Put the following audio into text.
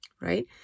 right